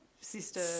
sister